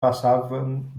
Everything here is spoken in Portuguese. passavam